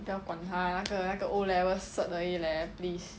不要管他 lah 那个那个 O level cert 而已 leh please